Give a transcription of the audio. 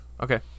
Okay